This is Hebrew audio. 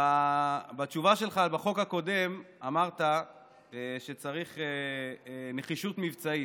בתשובה שלך בחוק הקודם אמרת שצריך נחישות מבצעית.